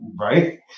Right